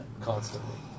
constantly